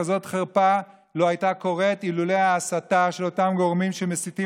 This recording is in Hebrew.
כזאת חרפה לא הייתה קורית אילולא ההסתה של אותם גורמים שמסיתים